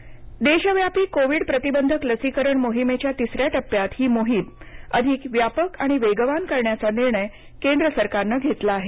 लसीकरण निर्णय देशव्यापी कोविड प्रतिबंधक लसीकरण मोहिमेच्या तिसऱ्या टप्प्यात ही मोहीम अधिक व्यापक आणि वेगवान करण्याचा निर्णय केंद्र सरकारनं घेतला आहे